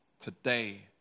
Today